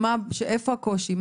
איפה הקושי?